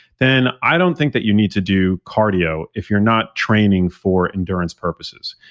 then i don't think that you need to do cardio if you're not training for endurance purposes.